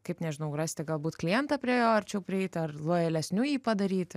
kaip nežinau rasti galbūt klientą prie jo arčiau prieiti ar lojalesniu jį padaryti